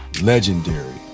legendary